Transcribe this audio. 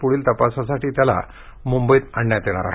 पूढील तपासासाठी त्याला मुंबईला आणण्यात येणार आहे